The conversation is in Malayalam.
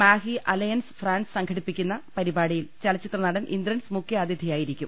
മാഹി അല യൻസ് ഫ്രാൻസ് സംഘടിപ്പിക്കുന്ന പരിപാടിയിൽ ചലചിത്രനടൻ ഇന്ദ്രൻസ് മുഖ്യാതിഥിയായിരിക്കും